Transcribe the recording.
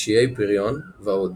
קשיי פריון ועוד,